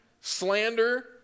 slander